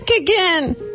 again